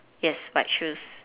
yes white shoes